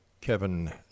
Kevin